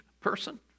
person